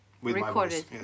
recorded